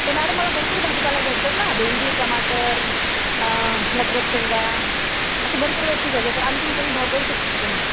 तर मॅडम मला भरपूर भाजीपाला घ्यायचा आहे ना भेंडी टमाटर मटरच्या शेंगा असे भरपूर वस्तू घ्यायचे तर आणखी कमी भाव करू शकता का तुम्ही